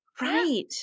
Right